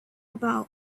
about